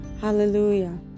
Hallelujah